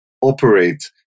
operate